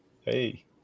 Hey